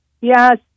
Yes